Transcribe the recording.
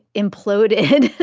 imploded